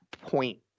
point